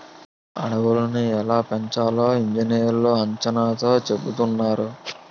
అడవులని ఎలా పెంచాలో ఇంజనీర్లు అంచనాతో చెబుతారు